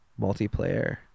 multiplayer